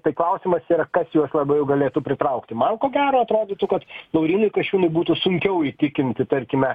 tai klausimas yra kas juos labiau galėtų pritraukti man ko gero atrodytų kad laurynui kasčiūnui būtų sunkiau įtikinti tarkime